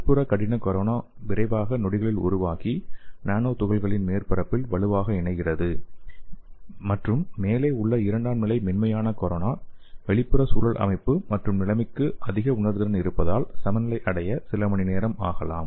உட்புற கடின கொரோனா விரைவாக நொடிகளில் உருவாகி நானோ துகள்களின் மேற்பரப்பில் வலுவாக இணைகிறது மற்றும் மேலே உள்ள இரண்டாம் நிலை மென்மையான கொரோனா வெளிப்புற சூழல் அமைப்பு மற்றும் நிலைமைக்கு அதிக உணர்திறன் இருப்பதால் சமநிலை அடைய சில மணி நேரம் ஆகலாம்